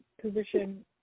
position